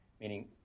meaning